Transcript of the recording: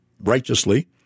righteously